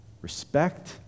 respect